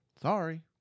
Sorry